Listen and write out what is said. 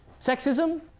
sexism